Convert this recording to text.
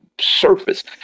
surface